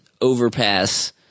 overpass